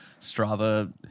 Strava